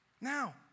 Now